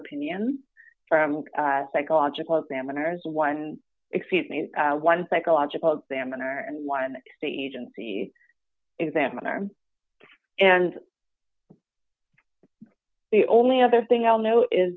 opinion from a psychological examiners one excuse me one psychological exam and her and one state agency examiner and the only other thing i'll know is